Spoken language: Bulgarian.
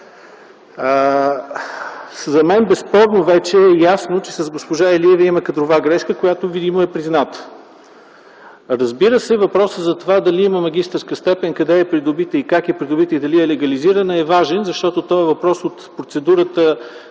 е безспорно и ясно, че с госпожа Илиева има кадрова грешка, която видимо е призната. Разбира се, въпросът за това дали има магистърска степен, къде е придобита, как е придобита и дали е легализирана е важен, защото това е въпросът от процедурата,